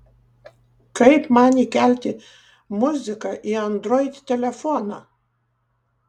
kaip man įkelti muziką į android telefoną